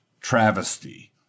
travesty